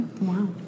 Wow